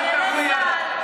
זה על חשבון הזמן שלי.